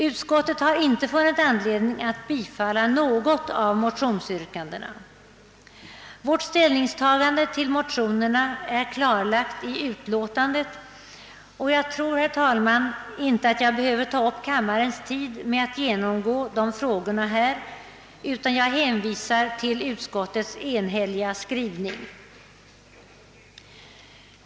Utskottet har inte funnit anledning att biträda något av motionsyrkandena. Vårt ställningstagande till motionerna är klarlagt i utskottsutlåtandet, och jag tror, herr talman, inte att jag behöver ta upp kammarens tid med att här genomgå de frågorna, utan jag hänvisar till utskottets enhälliga skrivning.